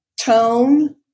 tone